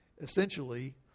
essentially